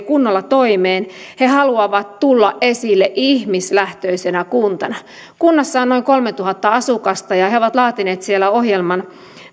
kunnolla toimeen he haluavat tulla esille ihmislähtöisenä kuntana kunnassa on noin kolmetuhatta asukasta ja he ovat laatineet siellä ohjelman